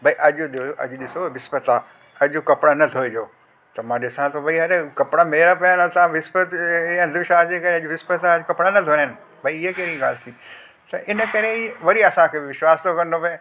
भई अॼु ॾिसो अॼु विसपति आहे अॼु कपिड़ा न धोइजो त मां ॾिसां थो भई अरे कपिड़ा मेरा पया आहिनि ऐं तव्हां विसपत अंधविश्वास जे करे अॼु विसपति आहे कपिड़ा न धोइणा आहिनि भई इहा कहिड़ी ॻाल्हि थी त इन करे ई वरी असांखे विश्वास तो करिणो पए